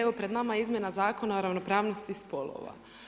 Evo pred nama je izmjena Zakona o ravnopravnosti spolova.